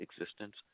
existence